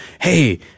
Hey